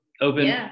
open